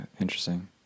Interesting